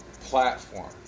platform